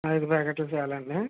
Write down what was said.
అయిదు ప్యాకెట్లు చాలా అండి